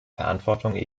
verantwortung